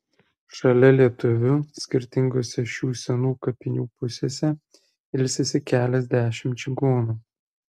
šalia lietuvių skirtingose šių senų kapinių pusėse ilsisi keliasdešimt čigonų